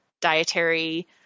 dietary